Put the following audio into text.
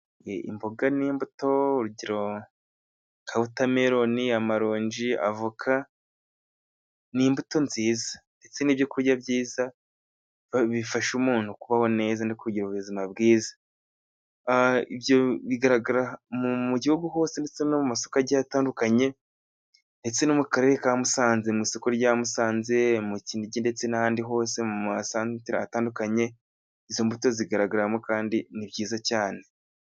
Imboga n'imbuto urugero nka wotameloni, amaronji, avoka ni imbuto nziza ndetse n'ibyo kurya byiza, bifasha umuntu kubaho neza no kugira ubuzima bwiza. Ibyo bigaragara mu gihugu hose, ndetse no mu masoko gi atandukanye ndetse no mu Karere ka Musanze mu isoko rya Musanze, mu Kinigi, ndetse n'ahandi hose, mu masantere atandukanye, izo mbuto zigaragaramo kandi ni byiza cyane.